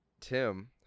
Tim